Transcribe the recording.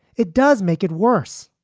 it does make it worse.